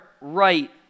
right